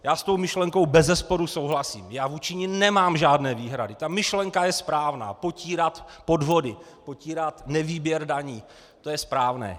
Já s tou myšlenkou bezesporu souhlasím, já vůči ní nemám žádné výhrady, ta myšlenka je správná: potírat podvody, potírat nevýběr daní, to je správné.